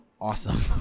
awesome